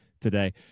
today